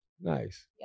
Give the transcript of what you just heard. Nice